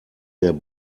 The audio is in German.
der